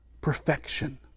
Perfection